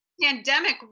pandemic